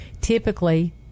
typically